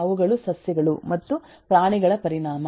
ಅವುಗಳು ಸಸ್ಯಗಳು ಮತ್ತು ಪ್ರಾಣಿಗಳ ಪರಿಣಾಮ